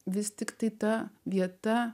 vis tiktai ta vieta